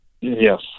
Yes